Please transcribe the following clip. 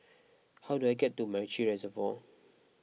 how do I get to MacRitchie Reservoir